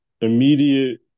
immediate